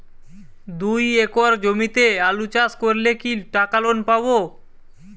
দুই একর জমিতে আলু চাষ করলে কি টাকা লোন পাবো?